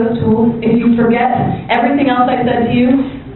forget everything else i said to you,